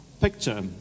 picture